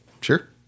Sure